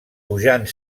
pujant